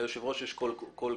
ליושב ראש יש קול כפול.